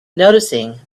noticing